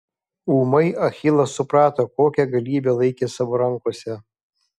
ūmai achilas suprato kokią galybę laikė savo rankose